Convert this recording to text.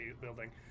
building